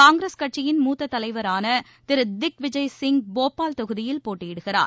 காங்கிரஸ் கட்சியின் மூத்ததலைவரானதிருதிக்விஜய் சிங் போபல் தொகுதியில் போட்டியிடுகிறார்